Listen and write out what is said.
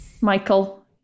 Michael